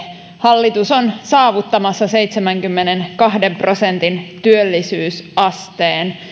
hallitus on saavuttamassa seitsemänkymmenenkahden prosentin työllisyysasteen